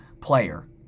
player